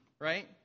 right